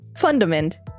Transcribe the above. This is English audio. Fundament